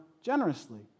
generously